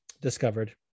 discovered